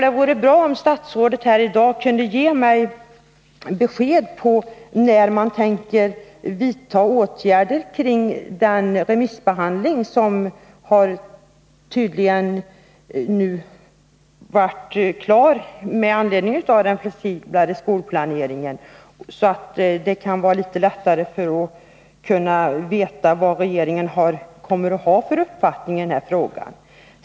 Det vore bra om statsrådet här i dag kunde ge mig besked om när man tänker vidta åtgärder med anledning av den remissbehandling som har företagits av utredningsförslaget om flexiblare skolplanering och som nu tydligen är avslutad. Det vore intressant att få veta vad regeringen har för uppfattning i den här frågan.